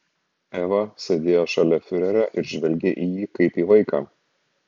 eva sėdėjo šalia fiurerio ir žvelgė į jį kaip į vaiką